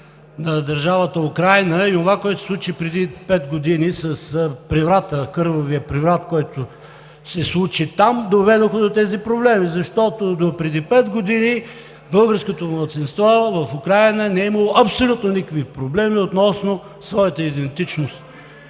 на държавата Украйна, и онова, което се случи преди пет години с преврата, с кървавия преврат, който се случи там, доведоха до тези проблеми, защото допреди пет години българското малцинство в Украйна не е имало абсолютно никакви проблеми относно своята идентичност.